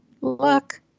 Luck